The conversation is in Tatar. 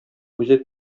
үзе